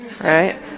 Right